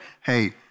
hey